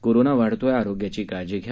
corona वाढतोय आरोग्याची काळजी घ्या